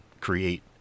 create